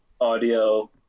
audio